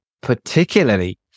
particularly